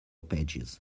pages